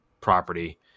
property